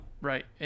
Right